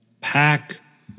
pack